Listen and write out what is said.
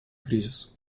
кризис